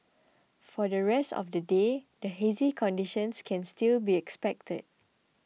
for the rest of the day a hazy conditions can still be expected